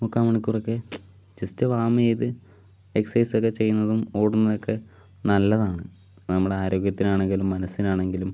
മുക്കാൽ മണിക്കൂറൊക്കെ just warm ചെയ്ത് എക്സസൈസ് ഒക്കെ ചെയ്യുന്നതും ഓടുന്നതും ഒക്കെ നല്ലതാണ് നമ്മുടെ ആരോഗ്യത്തിന് ആണെങ്കിലും മനസ്സിന് ആണെങ്കിലും